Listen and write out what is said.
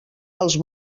als